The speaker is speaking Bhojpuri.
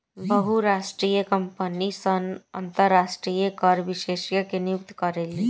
बहुराष्ट्रीय कंपनी सन अंतरराष्ट्रीय कर विशेषज्ञ के नियुक्त करेली